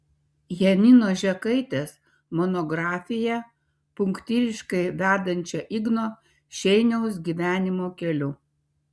janinos žekaitės monografiją punktyriškai vedančią igno šeiniaus gyvenimo keliu